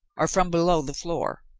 or from below the floor.